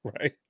Right